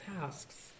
tasks